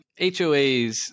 HOAs